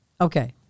Okay